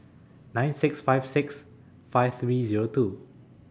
nine six five six five three Zero two